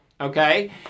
Okay